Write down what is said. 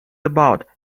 about